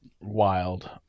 wild